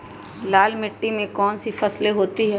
लाल मिट्टी में कौन सी फसल होती हैं?